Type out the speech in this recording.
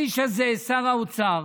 האיש הזה, שר האוצר,